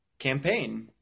campaign